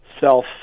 self